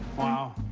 wow,